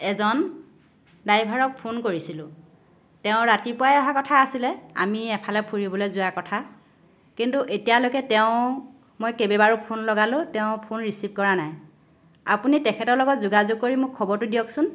এজন ড্ৰাইভাৰক ফোন কৰিছিলোঁ তেওঁ ৰাতিপুৱাই অহাৰ কথা আছিল আমি এফালে ফুৰিবলৈ যোৱাৰ কথা কিন্তু এতিয়ালৈকে তেওঁক মই কেইবাবাৰো ফোন লগালো তেওঁ ফোন ৰিচিভ কৰা নাই আপুনি তেখেতৰ লগত যোগাযোগ কৰি মোক খবৰটো দিয়কচোন